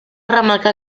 remarcar